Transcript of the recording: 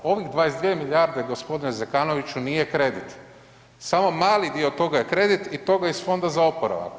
Ovih 22 milijarde g. Zekanoviću nije kredit, samo mali dio toga je kredit i toga iz Fonda za oporavak.